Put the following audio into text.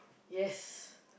yes